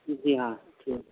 جی ہاں جی